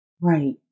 Right